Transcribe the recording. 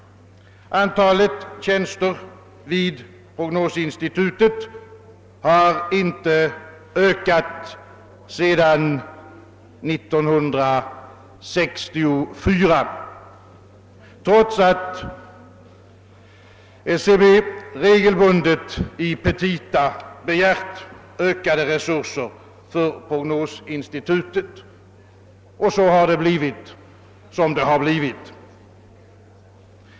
Antalet tjänster vid prognosinstitutet har inte ökat sedan 1964 trots att SCB regelbundet i petita begärt ökade resurser för institutet, och så har det blivit som det har blivit.